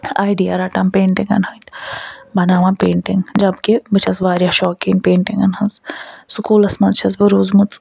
idea رَٹان پینٹِنٛگن ہنٛدۍ بناوان پینٹِنٛگ جبکہ بہٕ چھَس واریاہ شوقیٖن پینٹِنٛگَن ہنٛز سُکوٗلَس منٛز چھَس بہٕ روٗزمٕژ